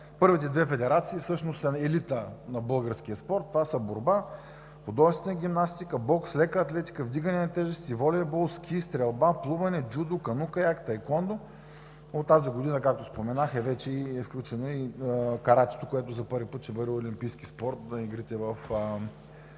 първите две федерации всъщност са елитът на българския спорт – борба и художествена гимнастика, бокс, лека атлетика, вдигане на тежести, волейбол, ски, стрелба, плуване, джудо, кану-каяк, таекуондо. От тази година, както споменах, вече е включено каратето, което за първи път ще бъде олимпийски спорт на игрите в